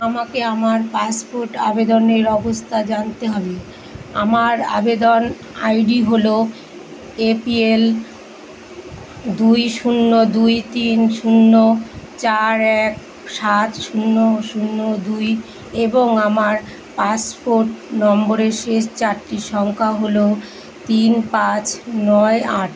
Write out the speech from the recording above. আমাকে আমার পাসপোর্ট আবেদনের অবস্থা জানতে হবে আমার আবেদন আইডি হলো এপিএল দুই শূন্য দুই তিন শূন্য চার এক সাত শূন্য শূন্য দুই এবং আমার পাসপোর্ট নম্বরের শেষ চারটি সংখ্যা হলো তিন পাঁচ নয় আট